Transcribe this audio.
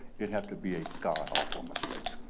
it have to be a god-awful mistake.